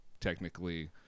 technically